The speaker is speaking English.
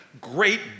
great